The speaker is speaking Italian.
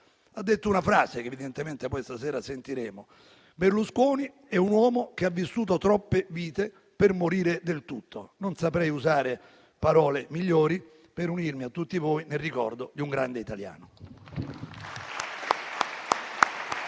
ha detto una frase che evidentemente questa sera sentiremo: Berlusconi è un uomo che ha vissuto troppe vite per morire del tutto. Non saprei usare parole migliori per unirmi a tutti voi nel ricordo di un grande italiano.